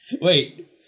Wait